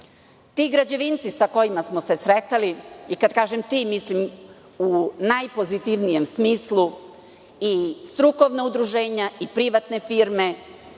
Ti građevinci sa kojima smo se sretali, i kad kažem „ti“ mislim, u najpozitivnijem smislu, i strukovna udruženja i privatne firme